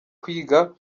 kwiga